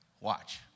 Watch